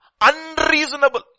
Unreasonable